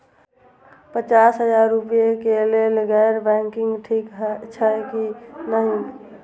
पचास हजार रुपए के लेल गैर बैंकिंग ठिक छै कि नहिं?